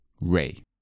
Ray